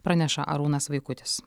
praneša arūnas vaikutis